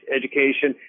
education